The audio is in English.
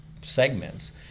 segments